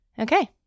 Okay